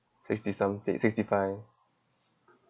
fifty something sixty five